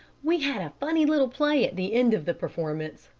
we had a funny little play at the end of the performance.